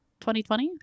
2020